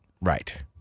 right